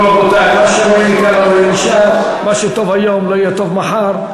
תראו, רבותי, מה, מה שטוב היום לא יהיה טוב מחר.